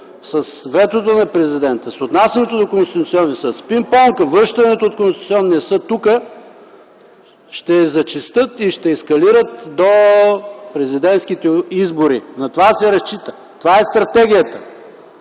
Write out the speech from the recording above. с ветото на Президента, с отнасянето до Конституционния съд, с пинг-понга – връщането от Конституционния съд тук, ще зачестят, ще ескалират до президентските избори. На това се разчита. Това е стратегията,